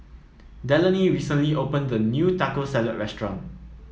Delaney recently opened a new Taco Salad restaurant